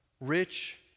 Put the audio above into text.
rich